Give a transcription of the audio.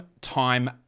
Time